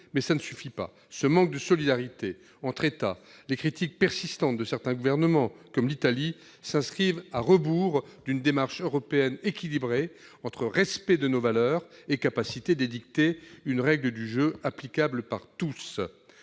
n'est pas suffisant. Un tel manque de solidarité entre États, ainsi que les critiques persistantes de certains gouvernements, comme celui de l'Italie, s'inscrivent à rebours d'une démarche européenne équilibrée entre respect de nos valeurs et capacité d'édicter une règle du jeu applicable par tous.